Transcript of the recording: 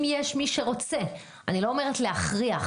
יש מי שרוצה אני לא אומרת להכריח,